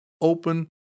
open